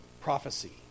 prophecy